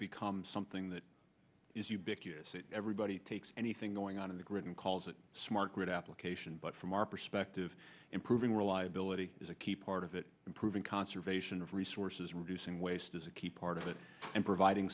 becomes something that is ubiquitous everybody takes anything going on in the grid and calls it smart grid application but from our perspective improving reliability is a key part of it proving conservation of resources dusun waste is a key part of it and providing